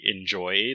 enjoyed